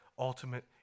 ultimate